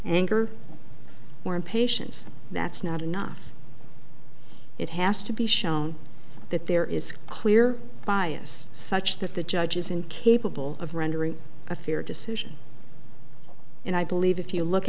anger or impatience that's not enough it has to be shown that there is clear bias such that the judge is incapable of rendering a fair decision and i believe if you look